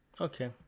Okay